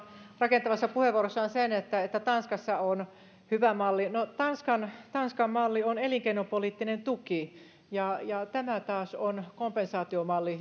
rakentavassa puheenvuorossaan sen että että tanskassa on hyvä malli no tanskan tanskan malli on elinkeinopoliittinen tuki ja ja tämä taas on kompensaatiomalli